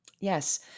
Yes